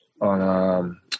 on